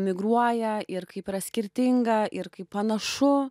migruoja ir kaip yra skirtinga ir kaip panašu